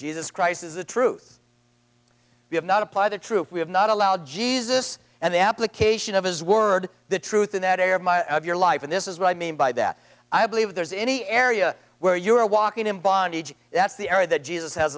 jesus christ is the truth we have not apply the truth we have not allowed jesus and the application of his word the truth in that error of your life and this is what i mean by that i believe there's any area where you are walking in bondage that's the area that jesus has